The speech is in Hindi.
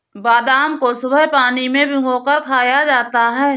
बादाम को सुबह पानी में भिगोकर खाया जाता है